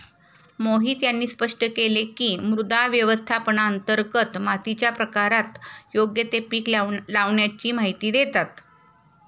मोहित यांनी स्पष्ट केले की, मृदा व्यवस्थापनांतर्गत मातीच्या प्रकारात योग्य ते पीक लावाण्याची माहिती देतात